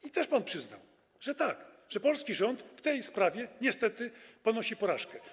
I też pan przyznał, że tak, że polski rząd w tej sprawie niestety ponosi porażkę.